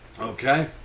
Okay